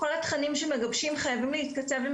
כל התכנים שמגבשים חייבים להתכתב עם